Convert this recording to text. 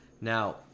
now